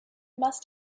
must